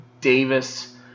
Davis